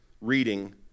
reading